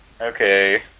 okay